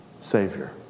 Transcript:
Savior